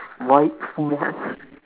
why maths